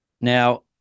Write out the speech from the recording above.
Now